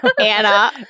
Anna